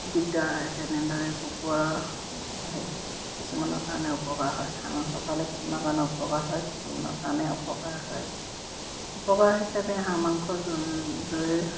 দিগদাৰ তেনেদৰে কুকুৰা হেৰি কিছুমানৰ কাৰণে উপকাৰ হয় হাঁহ মাংস খালে কিছুমানৰ কাৰণে উপকাৰ হয় কিছুমানৰ কাৰণে অপকাৰ হয় উপকাৰ হিচাপে হাঁহ মাংস যোন